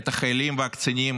את החיילים והקצינים